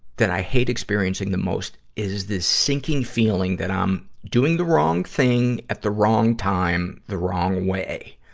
that i hate experiencing the most is this sinking feeling that i'm doing the wrong thing at the wrong time the wrong way,